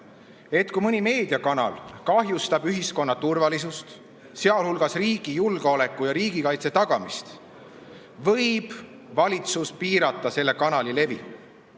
et kui mõni meediakanal kahjustab ühiskonna turvalisust, sealhulgas riigi julgeoleku ja riigikaitse tagamist, võib valitsus piirata selle kanali levi.